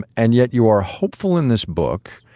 and yet you are hopeful in this book.